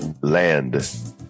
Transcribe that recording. land